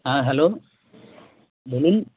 হ্যাঁ হ্যালো বলুন